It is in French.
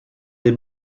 des